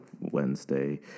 Wednesday